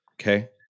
Okay